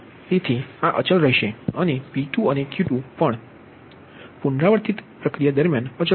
તેથી આ અચલ રહેશે અને P2 અને Q2 પણ પુનરાવર્તિત પ્રક્રિયા દરમ્યાન અચલ રહેશે